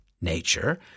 nature